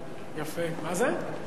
מה זה?